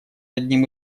одним